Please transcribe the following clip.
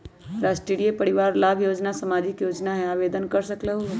राष्ट्रीय परिवार लाभ योजना सामाजिक योजना है आवेदन कर सकलहु?